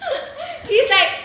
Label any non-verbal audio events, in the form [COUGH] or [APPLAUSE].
[LAUGHS] he's like